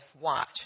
watch